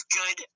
good